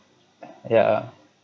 ya err